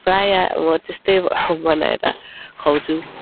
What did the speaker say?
प्राय म त्यस्तै बनाएर खुवाउँछु